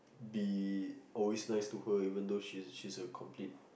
be always nice to her even though she's she's a complete